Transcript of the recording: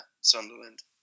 Sunderland